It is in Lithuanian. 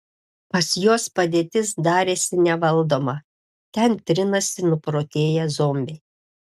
pas juos padėtis darėsi nevaldoma ten trinasi nuprotėję zombiai